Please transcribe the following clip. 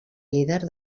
líder